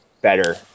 better